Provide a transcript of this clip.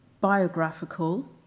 biographical